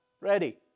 ready